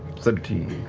seventeen.